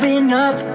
enough